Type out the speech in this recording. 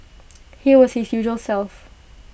he was usual self